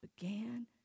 began